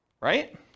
right